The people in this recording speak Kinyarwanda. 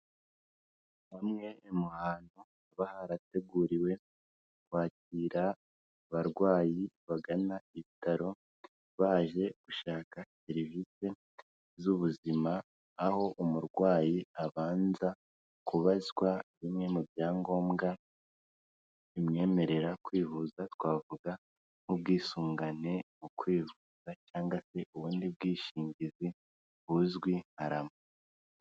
Hamwe mu hantu hateguriwe kwakira abarwayi bagana ibitaro baje gushaka serivisi z'ubuzima aho umurwayi abanza kubazwa bimwe mu byangombwa bimwemerera kwivuza twavuga nk'ubwisungane mu kwivuza cyangwa se ubundi bwishingizi buzwi nka Rama.